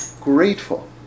grateful